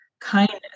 kindness